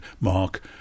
Mark